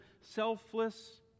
selfless